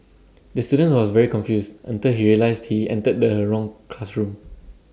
the student was very confused until he realised he entered the wrong classroom